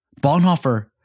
Bonhoeffer